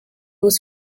was